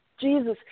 Jesus